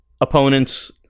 opponent's